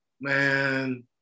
man